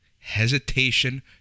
Hesitation